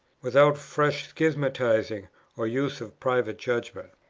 without fresh schismatizing or use of private judgment.